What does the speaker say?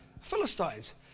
Philistines